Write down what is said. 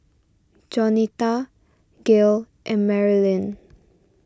Jaunita Gail and Marylyn